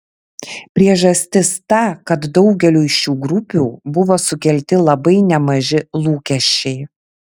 priežastis ta kad daugeliui šių grupių buvo sukelti labai nemaži lūkesčiai